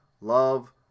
love